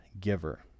giver